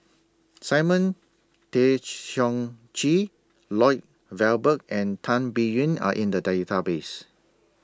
Simon Tay Seong Chee Lloyd Valberg and Tan Biyun Are in The Database